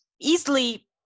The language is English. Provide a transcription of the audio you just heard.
easily